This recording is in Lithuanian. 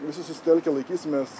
visi susitelkę laikysimės